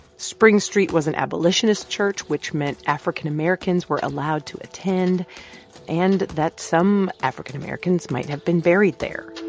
spring street was an abolitionist church, which meant african-americans were allowed to attend and that some african-americans might have been buried there